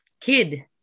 kid